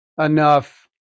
enough